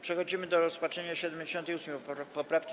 Przechodzimy do rozpatrzenia 78. poprawki.